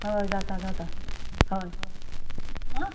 हय जाता जाता हय आं